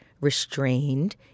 restrained